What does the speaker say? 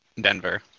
Denver